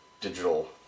digital